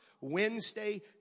Wednesday